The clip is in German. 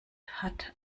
hat